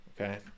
Okay